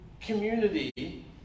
community